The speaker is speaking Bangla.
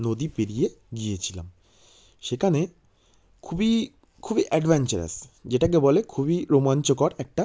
নদী পেরিয়ে গিয়েছিলাম সেকানে খুবই খুবই অ্যাডভেনচারাস যেটাকে বলে খুবই রোমাঞ্চকর একটা